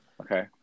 Okay